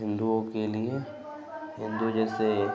हिन्दुओं के लिए हिन्दू जैसे